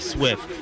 Swift